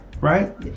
right